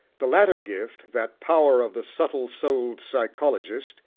the latter gift, that power of the subtle-souled psychologist,